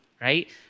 right